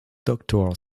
doctor